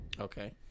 Okay